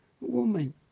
Woman